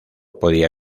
podía